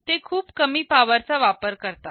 ते खूप कमी पॉवर चा वापर करतात